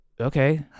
Okay